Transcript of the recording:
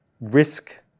risk